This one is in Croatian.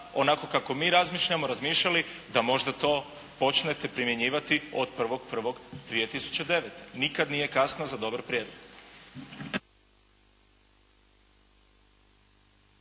onako kako mi razmišljamo razmišljali da možda to počnete primjenjivati od 1.1.2009. Nikad nije kasno za dobar prijedlog.